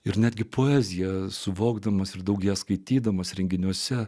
ir netgi poeziją suvokdamas ir daugėja skaitydamas renginiuose